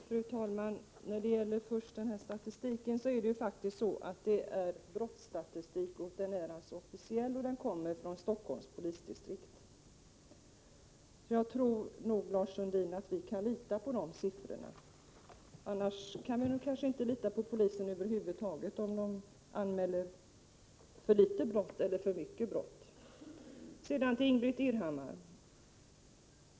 Fru talman! När det till att börja med gäller statistiken vill jag framhålla att jag har refererat officiell brottsstatistik från Stockholms polisdistrikt. Jag tror nog, Lars Sundin, att vi kan lita på de siffrorna, annars kan vi nog inte lita på polisen över huvud taget, om de anmäler för få brott eller för många. Till Ingbritt Irhammar.